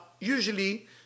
usually